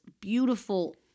beautiful